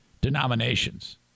denominations